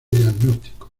diagnóstico